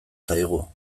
zaigu